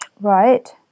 Right